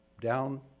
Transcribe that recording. down